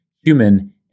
human